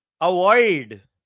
avoid